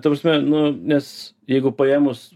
ta prasme nu nes jeigu paėmus